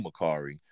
Macari